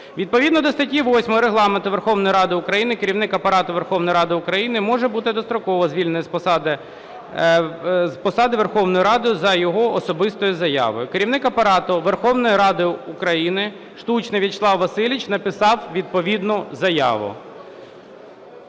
Відповідно до статті 8 Регламенту Верховної Ради України Керівник Апарату Верховної Ради України може бути достроково звільнений з посади Верховної Ради за його особистою заявою. Керівник Апарату Верховної Ради України Штучний Вячеслав Васильович написав відповідну заяву.